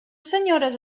senyores